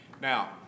Now